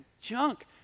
junk